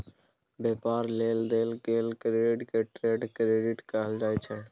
व्यापार लेल देल गेल क्रेडिट के ट्रेड क्रेडिट कहल जाइ छै